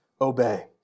obey